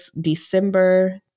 December